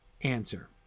answer